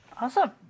awesome